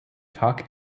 talk